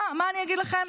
מה אני אגיד לכם?